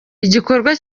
igikorwa